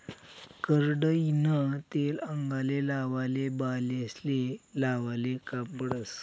करडईनं तेल आंगले लावाले, बालेस्ले लावाले काम पडस